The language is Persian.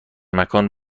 مکان